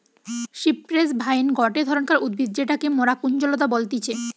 cypress vine গটে ধরণকার উদ্ভিদ যেটাকে মরা কুঞ্জলতা বলতিছে